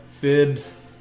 FIBS